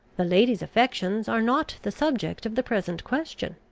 the lady's affections are not the subject of the present question.